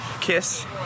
kiss